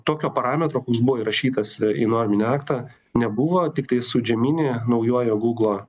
tokio parametro koks buvo įrašytas į norminį aktą nebuvo tiktai su gemini naujuoju gūglo